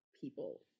people